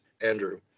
Andrew